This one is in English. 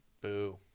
Boo